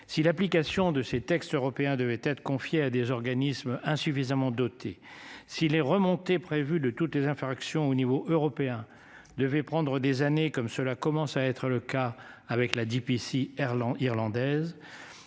Si l'application de ces textes européens devait être confiée à des organismes insuffisamment doté. Si les remontées prévu de toutes les infractions au niveau européen devait prendre des années comme cela commence à être le cas avec la diffici